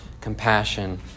compassion